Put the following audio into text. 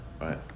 Right